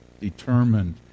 determined